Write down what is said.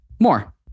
more